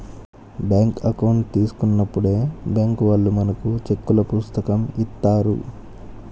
bank account తీసుకున్నప్పుడే bank వాళ్ళు మనకు చెక్కుల పుస్తకం ఇత్తారు